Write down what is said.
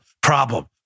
problem